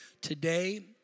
Today